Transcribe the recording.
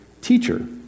Teacher